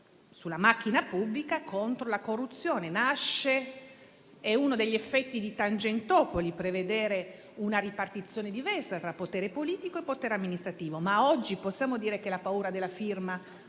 sulla macchina pubblica contro la corruzione. È stato uno degli effetti di Tangentopoli prevedere una ripartizione diversa tra potere politico e potere amministrativo. Oggi però possiamo dire che la paura della firma